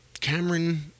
Cameron